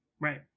Right